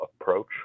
approach